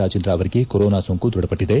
ರಾಜೇಂದ್ರ ಅವರಿಗೆ ಕೊರೋನಾ ಸೋಂಕು ದೃಢಪಟ್ಟಿದೆ